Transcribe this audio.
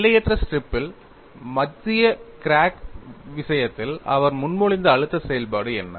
எல்லையற்ற ஸ்ட்ரிப்பில் மத்திய கிராக் விஷயத்தில் அவர் முன்மொழிந்த அழுத்த செயல்பாடு என்ன